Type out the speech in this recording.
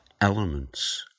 elements